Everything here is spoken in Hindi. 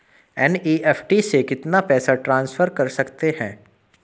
एन.ई.एफ.टी से कितना पैसा ट्रांसफर कर सकते हैं?